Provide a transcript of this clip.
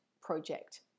project